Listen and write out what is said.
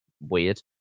weird